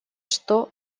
что